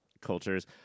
cultures